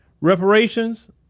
reparations